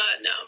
no